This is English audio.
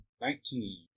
Nineteen